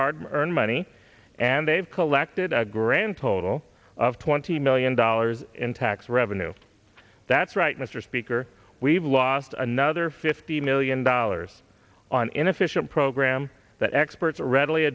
hard earned money and they've collected a grand total of twenty million dollars in tax revenue that's right mr speaker we've lost another fifty million dollars on inefficient program that experts readily